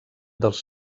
dels